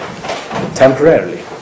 temporarily